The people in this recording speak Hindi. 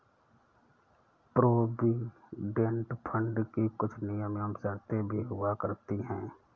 प्रोविडेंट फंड की कुछ नियम एवं शर्तें भी हुआ करती हैं